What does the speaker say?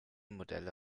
modelle